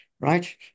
right